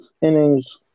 innings